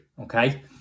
okay